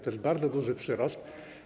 To jest bardzo duży przyrost.